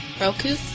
Roku